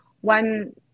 one